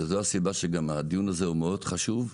זו הסיבה גם שהדיון הזה הוא מאוד חשוב,